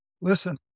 listen